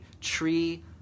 tree